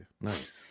Nice